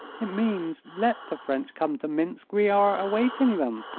it means, let the french come to minsk. we are awaiting them.